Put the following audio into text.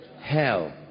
hell